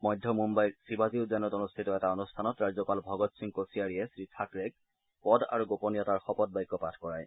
মধ্য মুম্বাইৰ শিৱাজী উদ্যানত অনুষ্ঠিত এটা অনুষ্ঠানত ৰাজ্যপাল ভগৱ সিং কোশিয়াৰীয়ে শ্ৰী থাকৰেক পদ আৰু গোপনীয়তাৰ শপতবাক্য পাঠ কৰায়